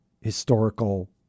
historical